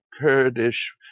Kurdish